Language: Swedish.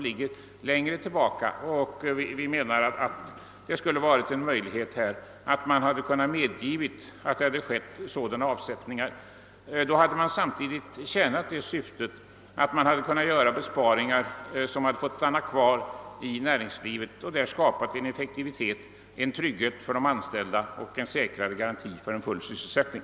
Därför borde man kunna medge att avsättningar fick göras. Detta skulle samtidigt tjäna syftet att möjliggöra besparingar, som kunde stanna kvar i näringslivet och medverka till att där skapa effektivitet, trygghet för de anställda och större garantier för full sysselsättning.